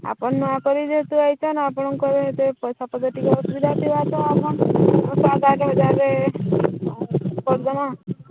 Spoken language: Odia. ଆପଣ ନୂଆ କରି ଯେହେତୁ ଆଇଛନ୍ ଆପଣଙ୍କର ଏତେ ପଇସା ପତ୍ର ଟିକେ ଅସୁବିଧା ଥିବା ତ କର୍ଦମା